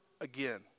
again